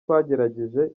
twagerageje